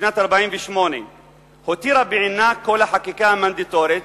משנת 1948 הותירה בעינה את כל החקיקה המנדטורית,